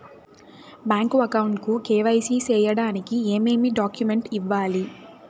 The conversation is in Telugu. బ్యాంకు అకౌంట్ కు కె.వై.సి సేయడానికి ఏమేమి డాక్యుమెంట్ ఇవ్వాలి?